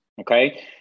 okay